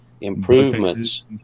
improvements